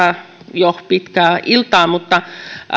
jo pitkää iltaa mutta